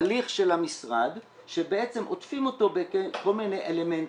הליך של המשרד שבעצם עוטפים אותו בכל מיני אלמנטים,